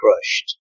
crushed